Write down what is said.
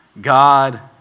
God